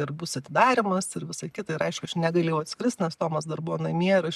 ir bus atidarymas ir visa kita ir aišku aš negalėjau atskrist nes tomas dar buvo namie ir aš